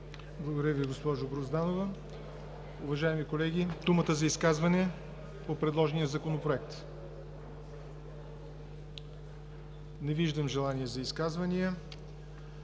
Благодаря Ви, госпожо Грозданова. Уважаеми колеги, имате думата за изказвания по предложения Законопроект. Не виждам желания за изказвания.